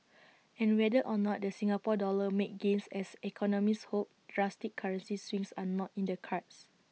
and whether or not the Singapore dollar makes gains as economists hope drastic currency swings are not in the cards